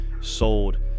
sold